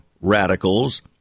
radicals